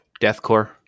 deathcore